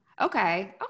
Okay